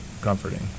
comforting